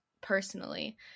personally